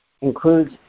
includes